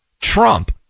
Trump